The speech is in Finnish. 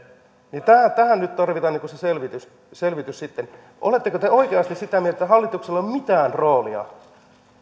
niin tähän nyt tarvitaan se selvitys selvitys sitten oletteko te oikeasti sitä mieltä että hallituksella ei pitäisi olla mitään roolia